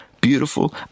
beautiful